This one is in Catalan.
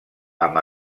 amb